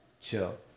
chill